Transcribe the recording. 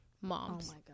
moms